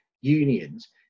unions